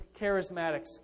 charismatics